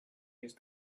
use